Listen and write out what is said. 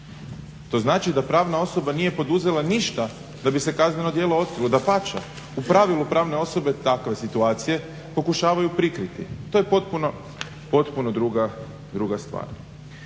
to znači da pravna osoba nije poduzela ništa da bi se kazneno djelo otkrilo. Dapače, u pravilu pravne osobe takve situacije pokušavaju prikriti. To je potpuno druga stvar.